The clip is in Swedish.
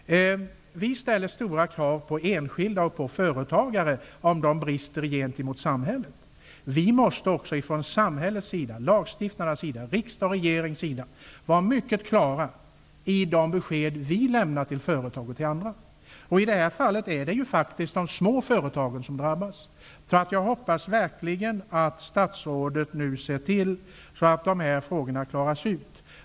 Vi ställer stora krav på enskilda och företagare om de brister gentemot samhället. Vi måste också från samhällets sida, lagstiftarens sida, dvs. riksdagens och regeringens sida, vara mycket klara i de besked vi lämnar till företag och andra. I det här fallet är det de små företagen som drabbas. Jag hoppas verkligen att statsrådet ser till att frågorna klaras ut.